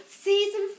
Season